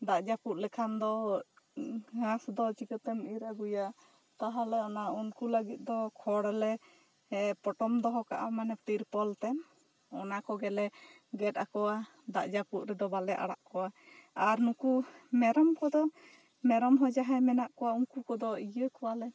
ᱫᱟᱜ ᱡᱟᱹᱯᱩᱫ ᱞᱮᱠᱷᱟᱱ ᱫᱚ ᱜᱷᱟᱸᱥ ᱫᱚ ᱪᱤᱠᱟᱛᱮᱢ ᱤᱨ ᱟᱹᱜᱩᱭᱟ ᱛᱟᱦᱚᱞᱮ ᱚᱱᱟ ᱩᱱᱠᱩ ᱞᱟᱹᱜᱤᱫ ᱫᱚ ᱠᱷᱚᱲ ᱞᱮ ᱮ ᱯᱚᱴᱚᱢ ᱫᱚᱦᱚ ᱠᱟᱜᱼᱟ ᱢᱟᱢᱮ ᱛᱤᱨᱯᱚᱞ ᱛᱮ ᱚᱱᱟᱠᱚᱜᱮ ᱞᱮ ᱜᱮᱫ ᱟᱠᱚᱣᱟ ᱫᱟᱜ ᱡᱟᱹᱯᱩᱫ ᱨᱮᱫᱚ ᱵᱟᱞᱮ ᱟᱲᱟᱜ ᱠᱚᱣᱟ ᱟᱨ ᱱᱩᱠᱩ ᱢᱮᱨᱚᱢ ᱠᱚᱫᱚ ᱢᱮᱨᱚᱢ ᱦᱚᱸ ᱡᱟᱦᱟᱸᱭ ᱢᱮᱱᱟᱜ ᱠᱚᱣᱟ ᱩᱱᱠᱩ ᱠᱚᱫᱚ ᱤᱭᱟᱹ ᱠᱚᱣᱟ ᱞᱮ